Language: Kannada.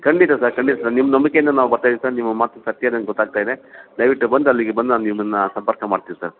ಖಂಡಿತ ಸರ್ ಖಂಡಿತ ಸರ್ ನಿಮ್ಮ ನಂಬಿಕೆಯಿಂದ ನಾವು ಬರ್ತಾ ಇದಿವಿ ಸರ್ ನಿಮ್ಮ ಮಾತು ಸತ್ಯ ನಂಗೆ ಗೊತ್ತಾಗ್ತಾ ಇದೆ ದಯವಿಟ್ಟು ಬಂದು ಅಲ್ಲಿಗೆ ಬಂದು ನಾನು ನಿಮ್ಮನ್ನು ಸಂಪರ್ಕ ಮಾಡ್ತಿವಿ ಸರ್